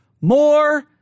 more